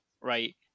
right